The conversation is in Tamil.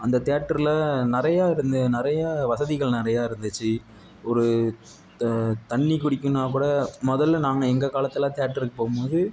அந்த தியேட்டரில் நிறையா நிறையா வசதிகள் நிறையா இருந்துச்சு ஒரு த தண்ணி குடிக்கணும்னால் கூட மொதலில் நாம் எங்கள் காலத்தில் தியேட்டருக்கு போகும்போது